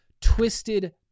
Twisted